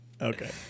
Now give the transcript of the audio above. Okay